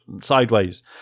sideways